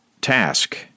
task